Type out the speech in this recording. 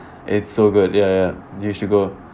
it's so good ya ya you should go